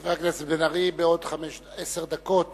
חבר הכנסת בן-ארי, בעוד עשר דקות